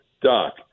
Doc